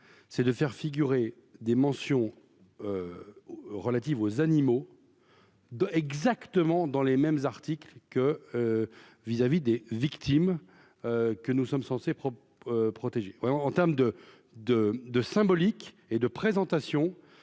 c'est de faire figurer des mentions relatives aux animaux de exactement dans les mêmes articles que vis-à-vis des victimes que nous sommes censés protéger oui entame de de de symbolique et de présentation